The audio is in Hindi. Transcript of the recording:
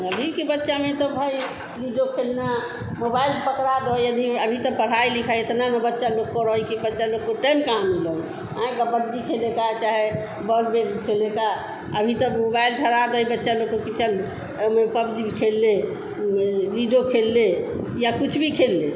अभी के बच्चों में तो भाई जो खेलना मोबाइल पकड़ दो यदि अभी तो पढ़ाई लिखाई इतना ना बच्चे लोग को रो है कि बच्चे लोग को टइम कहाँ मिले है अएँ कबड्डी खेलेगा है चाहे बॉल बेस खेलेगा अभी तो मुबाइल धरा देइबे बच्चे लोग के कि चल वो में पबजी भी खेल ले वो में लीडो खेल ले या कुछ भी खेल लें